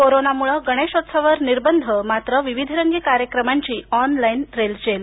कोरोनामुळे गणेशोत्सवावर निर्बंध मात्र विविधरंगी कार्यक्रमांची ऑनलाईन रेलचेल